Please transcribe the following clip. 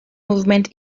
movement